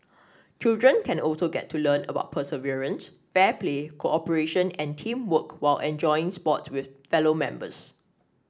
children can also get to learn about perseverance fair play cooperation and teamwork while enjoying sports with fellow members